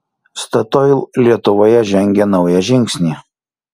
statoil lietuvoje žengia naują žingsnį